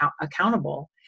accountable